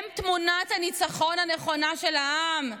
היא תמונת הניצחון הנכונה של העם,